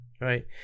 Right